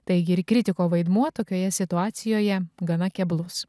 taigi ir kritiko vaidmuo tokioje situacijoje gana keblus